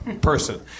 person